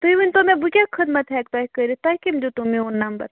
تُہۍ ؤنۍ تَو مےٚ بہٕ کیٛاہ خٔدمت ہٮ۪کہٕ تۄہہِ کَرِتھ تۄہہِ کٔمۍ دیُتوٕ میٛون نمبر